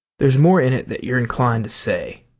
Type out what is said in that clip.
there's more in it than you're inclined to say.